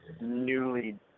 newly